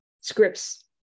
Scripts